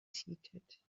seated